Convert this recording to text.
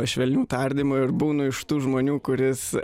švelnių tardymų ir būnu iš tų žmonių kuris